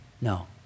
No